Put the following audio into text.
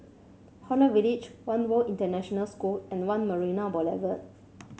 Holland Village One World International School and One Marina Boulevard